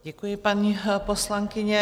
Děkuji paní poslankyni.